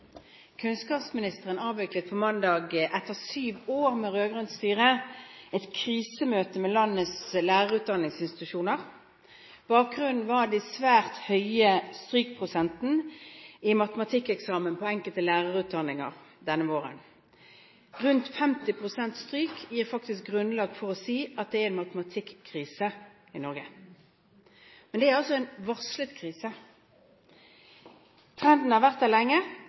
Etter syv år med rød-grønt styre avviklet kunnskapsministeren på mandag et krisemøte med landets lærerutdanningsinstitusjoner. Bakgrunnen var den svært høye strykprosenten i matematikkeksamen på enkelte lærerutdanninger denne våren. Rundt 50 pst. stryk gir faktisk grunnlag for å si at det er matematikkrise i Norge. Men det er en varslet krise, trenden har vært der lenge.